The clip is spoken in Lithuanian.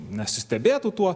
nesistebėtų tuo